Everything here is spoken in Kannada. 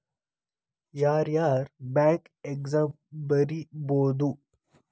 ಯಾರ್ಯಾರ್ ಬ್ಯಾಂಕ್ ಎಕ್ಸಾಮ್ ಬರಿಬೋದು